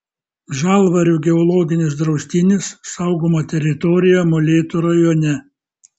žalvarių geologinis draustinis saugoma teritorija molėtų rajone